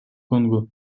конго